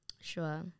Sure